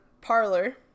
Parlor